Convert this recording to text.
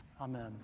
amen